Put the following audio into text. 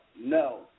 no